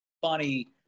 Funny